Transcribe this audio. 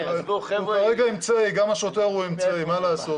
כרגע הוא אמצעי, גם השוטר הוא אמצעי, מה לעשות?